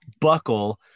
buckle